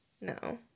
No